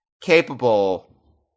capable